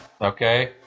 okay